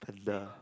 and uh